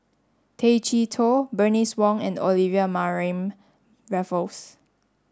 Tay Chee Toh Bernice Wong and Olivia Mariamne Raffles